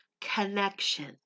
Connection